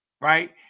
right